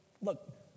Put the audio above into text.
Look